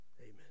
amen